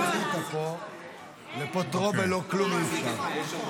לפוטרו בלא כלום אי-אפשר.